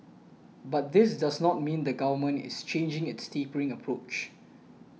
but this does not mean the Government is changing its tapering approach